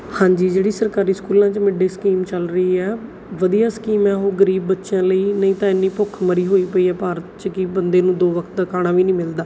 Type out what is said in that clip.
ਹਾਂਜੀ ਜਿਹੜੀ ਸਰਕਾਰੀ ਸਕੂਲਾਂ 'ਚ ਮਿਡ ਡੇ ਸਕੀਮ ਚੱਲ ਰਹੀ ਹੈ ਵਧੀਆ ਸਕੀਮ ਹੈ ਉਹ ਗਰੀਬ ਬੱਚਿਆਂ ਲਈ ਨਹੀਂ ਤਾਂ ਇੰਨੀ ਭੁੱਖਮਰੀ ਹੋਈ ਪਈ ਹੈ ਭਾਰਤ 'ਚ ਕਿ ਬੰਦੇ ਨੂੰ ਦੋ ਵਕਤ ਦਾ ਖਾਣਾ ਵੀ ਨਹੀਂ ਮਿਲਦਾ